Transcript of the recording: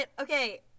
okay